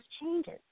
changes